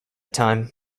time